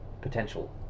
potential